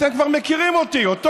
אתם כבר מכירים אותי, אותו,